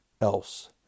else